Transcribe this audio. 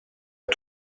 est